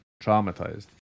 traumatized